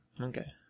okay